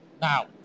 Now